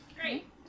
Great